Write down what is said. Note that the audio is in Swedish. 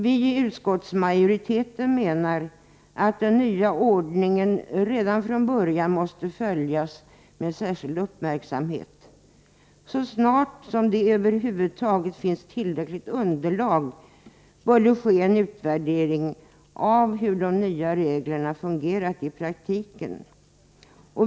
Vi i utskottsmajoriteten menar att den nya ordningen redan från början måste följas med särskild uppmärksamhet. Så snart det över huvud taget finns tillräckligt underlag bör det ske en utvärdering av hur de nya reglerna fungerat i praktiken.